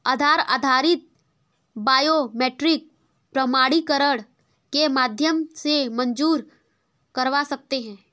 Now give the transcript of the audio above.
आधार आधारित बायोमेट्रिक प्रमाणीकरण के माध्यम से मंज़ूर करवा सकते हैं